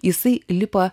jisai lipa